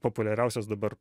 populiariausias dabar